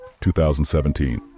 2017